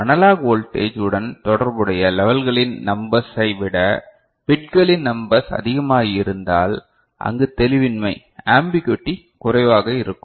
analogue voltage உடன் தொடர்புடைய லெவல்களின் நம்பர்ஸை விட பிட்களின் நம்பர்ஸ் அதிகமாக இருந்தால் அங்கு தெளிவின்மை ஆம்பிகுட்டி குறைவாக இருக்கும்